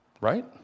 right